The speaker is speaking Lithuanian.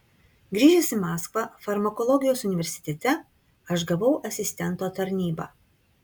grįžęs į maskvą farmakologijos universitete aš gavau asistento tarnybą